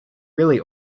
really